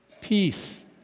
peace